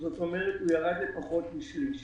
זאת אומרת הוא ירד לפחות משליש.